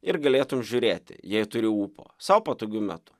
ir galėtum žiūrėti jei turi ūpo sau patogiu metu